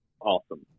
awesome